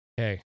Okay